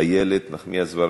איילת נחמיאס ורבין,